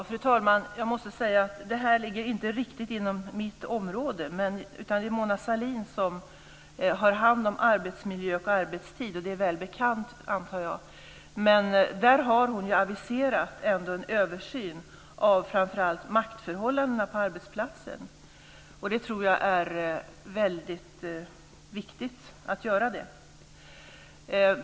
Fru talman! Jag måste säga att det här inte ligger riktigt inom mitt område, utan det är som bekant Mona Sahlin som har hand om arbetsmiljö och arbetstidsfrågor. Hon har aviserat en översyn av framför allt maktförhållandena på arbetsplatser. Jag tror att det är väldigt viktigt att en sådan görs.